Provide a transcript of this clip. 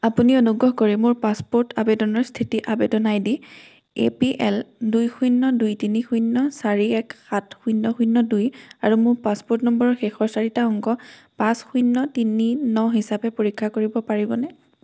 আপুনি অনুগ্ৰহ কৰি মোৰ পাছপোৰ্ট আবেদনৰ স্থিতি আবেদন I D A P L দুই শূন্য দুই তিনি শূন্য চাৰি এক সাত শূন্য শূন্য দুই আৰু মোৰ পাছপোৰ্ট নম্বৰৰ শেষৰ চাৰিটা অংক পাঁচ শূন্য তিনি ন হিচাপে পৰীক্ষা কৰিব পাৰিবনে